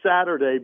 Saturday